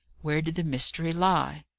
where did the mystery lie?